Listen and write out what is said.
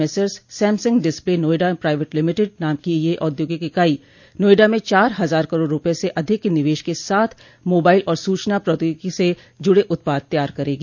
messrs Samsung display Noida private limited नाम की यह औद्योगिक इकाई नोएडा में चार हजार कराड़ रूपये से अधिक के निवेश के साथ मोबाइल और सूचना प्राद्योगिकी से जुड़े उत्पाद तैयार करेगी